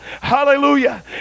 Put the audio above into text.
Hallelujah